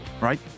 right